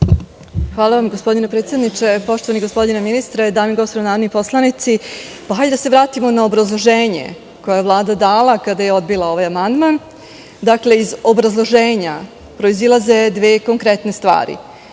Hvala gospodine predsedniče. Poštovani gospodine ministre, dame i gospodo narodni poslanici, hajde da se vratimo na obrazloženje koje je Vlada dala kada je odbila ovaj amandman. Iz obrazloženja proizilaze dve konkretne stvari. Prvo